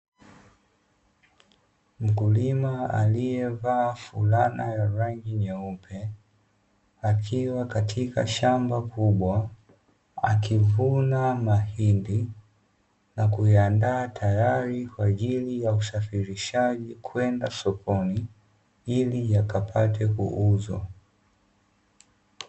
Mkulima aliyevaa fulana ya rangi nyeupe, akiwa katika shamba kubwa akivuna mahindi na kuyaanda tayari kwa ajili ya usafirishaji kwenda sokoni, ili yakapate kuuzwa.